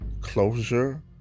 closure